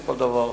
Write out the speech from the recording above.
או כל דבר אחר.